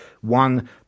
one